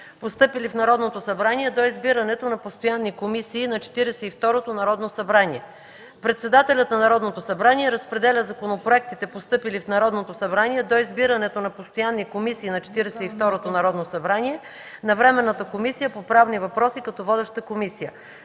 постъпили в Народното събрание до избирането на постоянни комисии на Четиридесет и второто Народно събрание. Председателят на Народното събрание разпределя законопроектите, постъпили в Народното събрание, до избирането на постоянни комисии на Четиридесет и второто Народно събрание, на Временната комисия по правни въпроси, като водеща комисия.